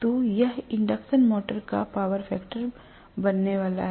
तो यह induction motor का पावर फैक्टर बनने वाला है